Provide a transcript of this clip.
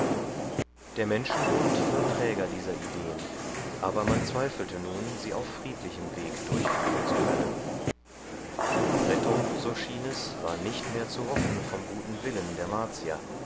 der menschenbund war der träger dieser ideen aber man zweifelte nun sie auf friedlichem weg durchführen zu können rettung so schien es war nicht mehr zu hoffen vom guten willen der